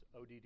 ODD